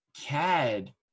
Cad